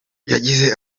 yagize